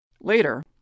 Later